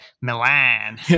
Milan